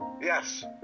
Yes